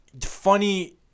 funny